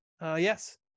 Yes